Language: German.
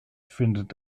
findet